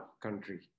country